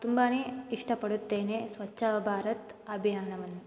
ತುಂಬಾ ಇಷ್ಟಪಡುತ್ತೇನೆ ಸ್ವಚ್ಛ ಭಾರತ್ ಅಭಿಯಾನವನ್ನು